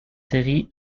série